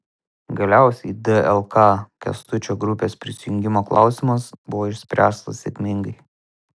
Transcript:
galiausiai dlk kęstučio grupės prisijungimo klausimas buvo išspręstas sėkmingai